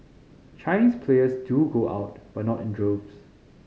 Chinese players do go out but not in droves